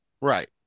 Right